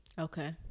okay